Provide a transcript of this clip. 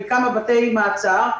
מכמה בתי המעצר,